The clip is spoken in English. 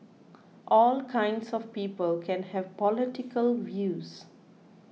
all kinds of people can have political views